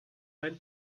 ein